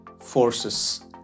forces